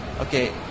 okay